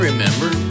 Remember